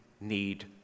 need